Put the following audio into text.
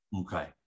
okay